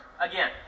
Again